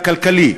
הכלכלי.